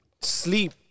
Sleep